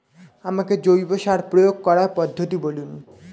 আমাকে জৈব সার প্রয়োগ করার পদ্ধতিটি বলুন?